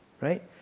right